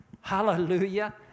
Hallelujah